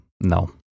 No